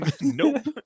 Nope